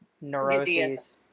neuroses